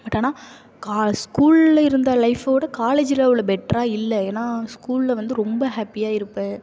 but ஆனால் கா ஸ்கூல்ல இருந்த லைஃப்பை விட காலேஜில் அவ்வளோ பெட்டரா இல்லை ஏன்னா ஸ்கூல்ல வந்து ரொம்ப ஹாப்பியாக இருப்பேன்